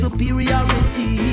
Superiority